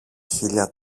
χείλια